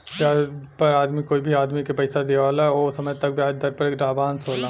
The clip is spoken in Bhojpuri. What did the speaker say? ब्याज पर आदमी कोई भी आदमी के पइसा दिआवेला ओ समय तय ब्याज दर पर लाभांश होला